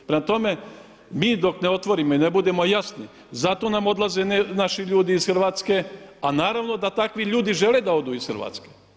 Prema tome, mi dok ne otvorimo i ne budimo jasni, zato nam odlaze naši ljudi iz Hrvatske a naravno da takvi ljudi žele da odu iz Hrvatske.